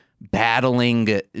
battling